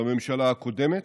בממשלה הקודמת,